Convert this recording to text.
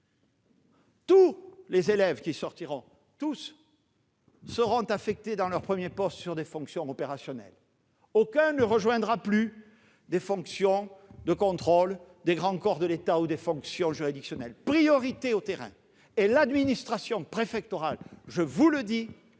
nationale d'administration (ENA), seront donc affectés dans leur premier poste sur des fonctions opérationnelles. Aucun ne rejoindra plus les fonctions de contrôle des grands corps de l'État ou des fonctions juridictionnelles. Priorité au terrain ! L'administration préfectorale, je vous le dis,